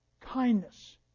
kindness